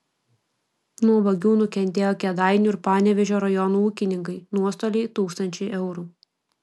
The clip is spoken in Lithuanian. nuo vagių nukentėjo kėdainių ir panevėžio rajonų ūkininkai nuostoliai tūkstančiai eurų